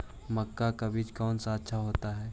मक्का का बीज कौन सा अच्छा होता है?